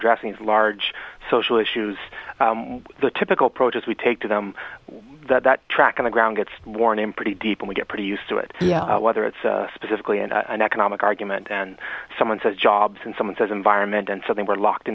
addressing is large social issues the typical protests we take to them that track on the ground gets worn in pretty deep and we get pretty used to it whether it's specifically in an economic argument and someone says jobs and someone says environment and so they were locked